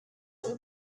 some